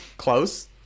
close